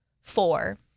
four